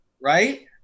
Right